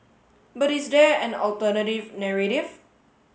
but is there an alternative narrative